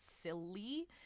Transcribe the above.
silly